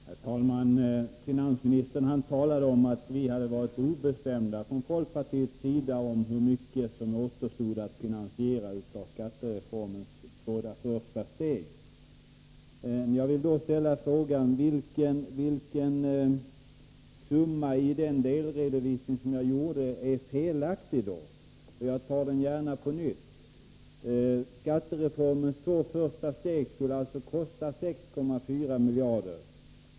Herr talman! Finansministern talade om att vi hade varit obestämda från folkpartiets sida om hur mycket som återstod att finansiera av skattereformens båda första steg. Jag vill då ställa frågan: Vilken summa i den delredovisning som jag gjorde är felaktig? Jag tar gärna det hela på nytt. Skattereformens två första steg skulle alltså kosta 6,4 miljarder kronor.